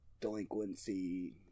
delinquency